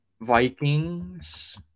Vikings